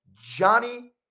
johnny